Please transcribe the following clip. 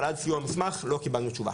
- אבל עד סיום המסמך לא קיבלנו תשובה.